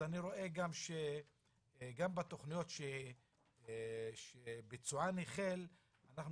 אז אני רואה שגם בתכניות שביצוען החל אנחנו